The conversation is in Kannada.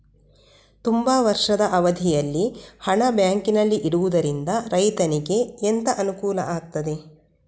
ತುಂಬಾ ವರ್ಷದ ಅವಧಿಯಲ್ಲಿ ಹಣ ಬ್ಯಾಂಕಿನಲ್ಲಿ ಇಡುವುದರಿಂದ ರೈತನಿಗೆ ಎಂತ ಅನುಕೂಲ ಆಗ್ತದೆ?